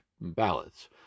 ballots